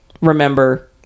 remember